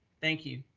thank you.